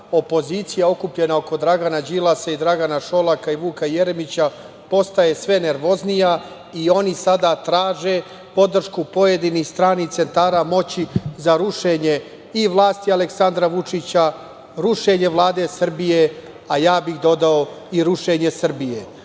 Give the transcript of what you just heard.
opozicija okupljena oko Dragana Đilasa, Dragana Šolaka i Vuka Jeremića postaje sve nervoznija i oni sada traže podršku pojedinih stranih centara moći za rušenje i vlasti Aleksandra Vučića, rušenje Vlade Srbije, a ja bih dodao i rušenje Srbije.